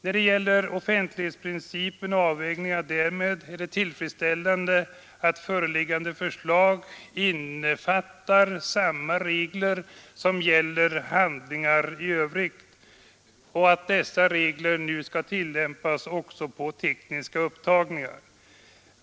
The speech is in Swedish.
När det gäller offentlighetsprincipen och avvägningarna därom är det tillfredsställande att föreliggande förslag innefattar samma regler som gäller handlingar i övrigt och att dessa regler nu skall tillämpas också på tekniska upptagningar.